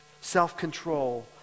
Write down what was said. self-control